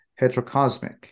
heterocosmic